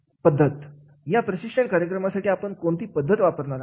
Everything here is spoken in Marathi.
या प्रशिक्षण कार्यक्रमासाठी आपण कोणती पद्धत वापरणार आहात